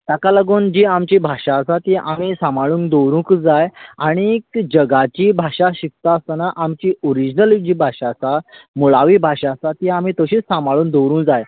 ताका लागून जी आमची भाशा आसा ती आमी सांबाळून दवरूंकच जाय आनीक जगाची भाशा शिकता आसतना आमची ओरिजनल जी भाशा आसा मुळावी भाशा ती आमी तशींच साबांळून दवरू जाय